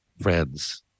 friends